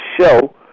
show